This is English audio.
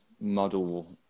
muddle